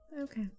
Okay